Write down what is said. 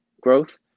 growth